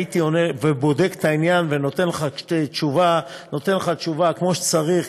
הייתי בודק את העניין ונותן לך תשובה כמו שצריך,